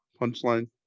punchline